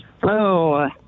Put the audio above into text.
Hello